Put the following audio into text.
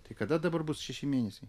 tai kada dabar bus šeši mėnesiai